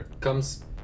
comes